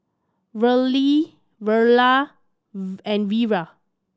Verle Verla and Vira